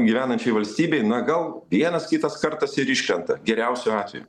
gyvenančiai valstybei na gal vienas kitas kartas ir iškrenta geriausiu atveju